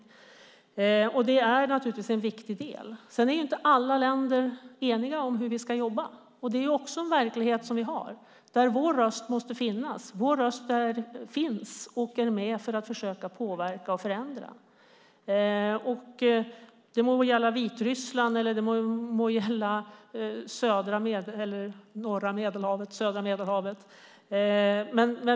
Det här är naturligtvis en viktig del. Men sedan är inte alla länder eniga om hur vi ska jobba. Det är också en verklighet som vi har. Vår röst måste finnas där, och vår röst finns och är med när det gäller att försöka påverka och förändra. Det må gälla Vitryssland eller södra Medelhavet.